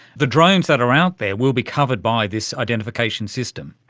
the drones that are are out there will be covered by this identification system.